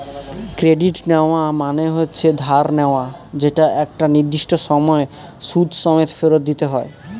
credit নেওয়া মানে হচ্ছে ধার নেওয়া যেটা একটা নির্দিষ্ট সময় সুদ সমেত ফেরত দিতে হয়